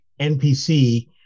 NPC